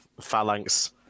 phalanx